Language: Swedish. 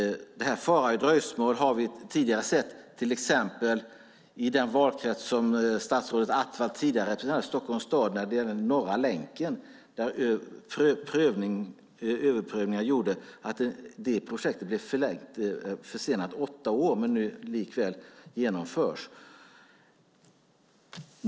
Fara i dröjsmål har vi tidigare sett till exempel i den valkrets som statsrådet Attefall tidigare representerade, nämligen Stockholms stad. Det gäller Norra länken. Där gjorde överprövningar att projektet blev åtta år försenat men nu likväl genomförs.